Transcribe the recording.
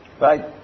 Right